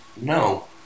No